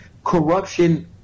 Corruption